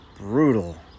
brutal